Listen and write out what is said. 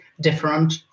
different